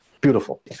beautiful